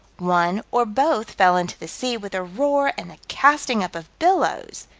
one or both fell into the sea, with a roar and the casting up of billows.